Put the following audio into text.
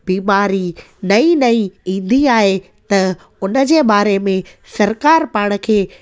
बीमारी नई नई ईंदी आहे त उन जे बारे में सरकारु पाण खे